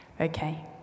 Okay